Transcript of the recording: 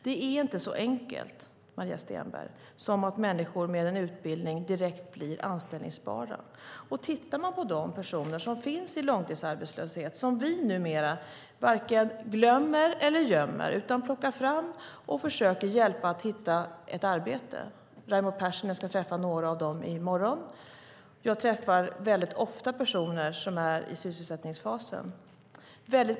Det är inte så enkelt, Maria Stenberg, som att människor med en utbildning direkt blir anställbara. Numera varken glömmer eller gömmer vi de personer som finns i långtidsarbetslöshet, utan vi plockar fram dem och försöker hjälpa dem att hitta ett arbete. Raimo Pärssinen ska träffa några av dem i morgon. Jag träffar mycket ofta personer som är i sysselsättningsfasen.